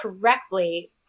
correctly